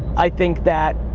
i think that